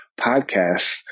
podcasts